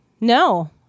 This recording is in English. no